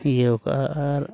ᱤᱭᱟᱹᱣᱟᱠᱟᱜᱼᱟ ᱟᱨ